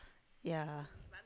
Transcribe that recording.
ya